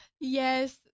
Yes